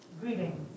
greetings